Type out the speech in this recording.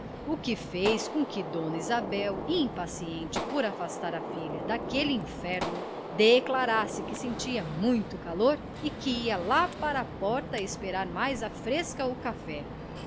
o que fez com que dona isabel impaciente por afastar a filha daquele inferno declarasse que sentia muito calor e que ia lá para a porta esperar mais à fresca o café